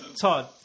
Todd